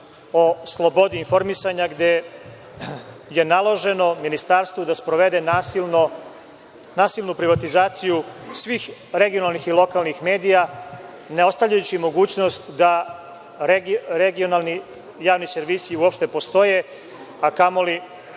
o slobodi informisanja, gde je naloženo Ministarstvu da sprovede nasilnu privatizaciju svih regionalnih i lokalnih medija, ne ostavljajući mogućnost da regionalni javni servisi uopšte postoje, a kamoli